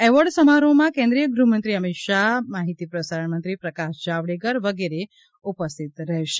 award સમારોહમાં કેન્દ્રીય ગૃહમંત્રી અમિત શાહ માહિતી પ્રસારણ મંત્રી પ્રકાશ જાવડેકર વગેરે ઉપસ્થિત રહેશે